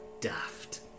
daft